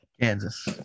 Kansas